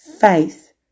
faith